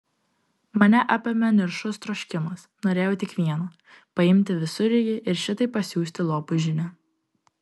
mane apėmė niršus troškimas norėjau tik vieno paimti visureigį ir šitaip pasiųsti lopui žinią